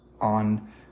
on